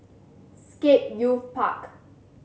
Scape Youth Park